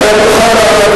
אתה תוכל לענות,